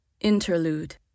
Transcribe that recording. Interlude